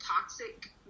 toxic